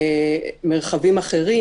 למרחבים אחרים.